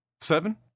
Seven